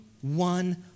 one